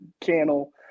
channel